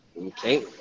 okay